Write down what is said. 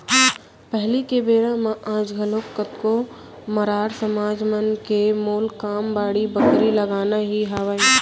पहिली के बेरा म आज घलोक कतको मरार समाज मन के मूल काम बाड़ी बखरी लगाना ही हावय